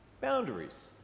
boundaries